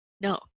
No